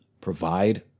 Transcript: provide